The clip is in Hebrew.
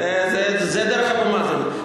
זה דרך אבו מאזן.